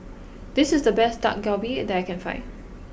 this is the best Dak Galbi that I can find